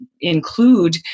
include